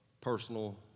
personal